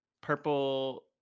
purple